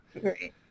great